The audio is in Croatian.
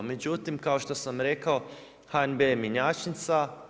Međutim, kao što sam rekao HNB-e je mjenjačnica.